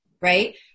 right